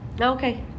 Okay